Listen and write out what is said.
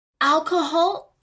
Alcohol